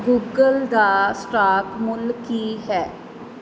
Google ਦਾ stock ਮੁੱਲ ਕੀ ਹੈ